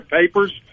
papers